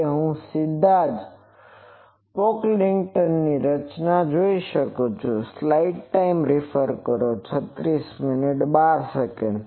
તો હું સીધા જ આ પોકલિંગ્ટનની રચના પર જઈ શકું છું